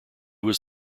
was